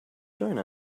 join